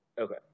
Okay